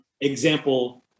example